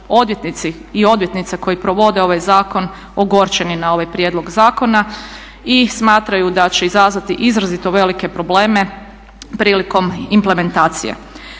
odvjetnici i odvjetnice koji provode ovaj zakon ogorčeni na ovaj prijedlog zakona i smatraju da će izazvati izrazito velike probleme prilikom implementacije.